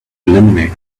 eliminate